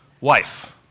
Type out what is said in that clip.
wife